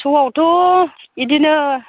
सआवथ' बिदिनो